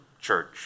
church